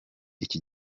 iki